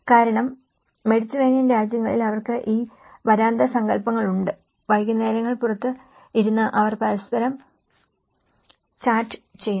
കാരണം മെഡിറ്ററേനിയൻ രാജ്യങ്ങളിൽ അവർക്ക് ഈ വരാന്ത സങ്കൽപ്പങ്ങളുണ്ട് വൈകുന്നേരങ്ങൾ പുറത്ത് ഇരുന്നു അവർ പരസ്പരം ചാറ്റ് ചെയ്യുന്നു